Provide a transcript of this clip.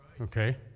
Okay